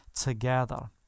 together